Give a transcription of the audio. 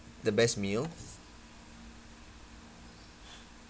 the best meal